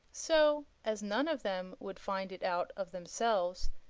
so as none of them would find it out of themselves,